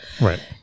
Right